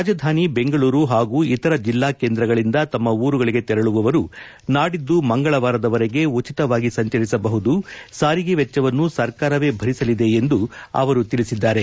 ರಾಜಧಾನಿ ಬೆಂಗಳೂರು ಹಾಗೂ ಇತರ ಜಿಲ್ಲಾ ಕೇಂದ್ರಗಳಿಂದ ತಮ್ಮ ಊರುಗಳಿಗೆ ತೆರಳುವವರು ನಾಡಿದ್ದು ಮಂಗಳವಾರದವರೆಗೆ ಉಚಿತವಾಗಿ ಸಂಚರಿಸಬಹುದು ಸಾರಿಗೆ ವೆಚ್ಚವನ್ನು ಸರ್ಕಾರವೆ ಭರಿಸಲಿದೆ ಎಂದು ಅವರು ತಿಳಿಸಿದ್ದಾರೆ